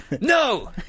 No